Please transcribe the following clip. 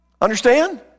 Understand